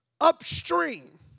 upstream